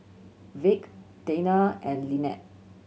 Vick Dana and Linette